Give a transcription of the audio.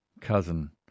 cousin